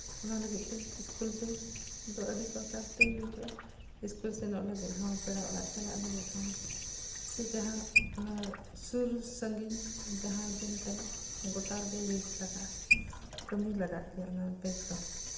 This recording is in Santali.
ᱚᱱᱟ ᱞᱟᱹᱜᱤᱫ ᱛᱮ ᱥᱠᱩᱞ ᱵᱮᱜᱽ ᱫᱚ ᱟᱹᱰᱤ ᱯᱨᱚᱠᱟᱨ ᱛᱮ ᱦᱤᱡᱩᱜᱼᱟ ᱥᱠᱩᱞ ᱥᱮᱱᱚᱜ ᱞᱟᱹᱜᱤᱫ ᱦᱚᱸ ᱯᱮᱲᱟ ᱚᱲᱟᱜ ᱪᱟᱞᱟᱜ ᱞᱟᱹᱜᱤᱫ ᱦᱚᱸ ᱥᱮ ᱡᱟᱦᱟᱸ ᱚᱱᱟ ᱥᱩᱨᱼᱥᱟᱺᱜᱤᱧ ᱡᱟᱦᱟᱸ ᱨᱮᱜᱮᱢ ᱪᱟᱞᱟᱜ ᱜᱚᱴᱟ ᱨᱮᱜᱮ ᱤᱭᱩᱡᱽ ᱞᱟᱜᱟᱜᱼᱟ ᱠᱟᱹᱢᱤ ᱞᱟᱜᱟᱜ ᱜᱮᱭᱟ ᱚᱱᱟ ᱵᱮᱜᱽ ᱫᱚ